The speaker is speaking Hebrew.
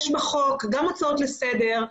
יש בחוק גם הצעות לסדר,